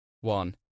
one